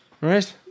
Right